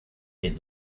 est